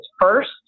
first